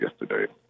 yesterday